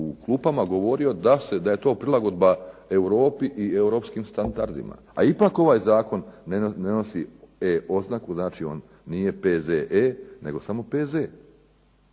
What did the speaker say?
u klupama govorio da je to prilagodba Europi i europskim standardima, a ipak ovaj zakon ne nosi E oznaku, znači on nije P.Z.E. nego samo P.Z.